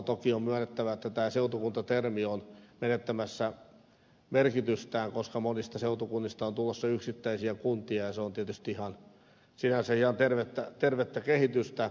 toki on myönnettävä että tämä seutukunta termi on menettämässä merkitystään koska monista seutukunnista on tulossa yksittäisiä kuntia ja se on tietysti sinänsä ihan tervettä kehitystä